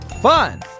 Fun